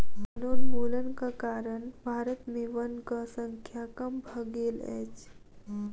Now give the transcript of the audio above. वनोन्मूलनक कारण भारत में वनक संख्या कम भ गेल अछि